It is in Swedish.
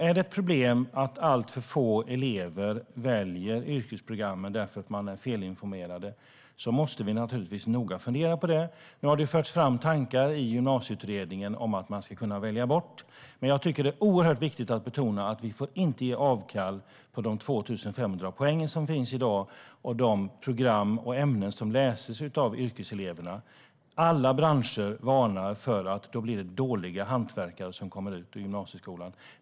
Är det ett problem att alltför få elever väljer yrkesprogrammen för att de är felinformerade måste vi naturligtvis noga fundera på det. Nu har det förts fram tankar i Gymnasieutredningen om att man ska kunna välja bort behörigheten, men jag tycker att det är oerhört viktigt att betona att vi inte får göra avkall på de 2 500 poäng som finns i dag på de här programmen i och med de ämnen som läses av yrkeseleverna. Alla branscher varnar för att det då kommer ut dåliga hantverkare från gymnasieskolan.